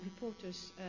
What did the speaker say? reporters